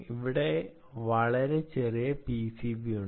ഇവിടെ വളരെ ചെറിയ പിസിബി ഉണ്ട്